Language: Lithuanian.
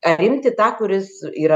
ar imti tą kuris yra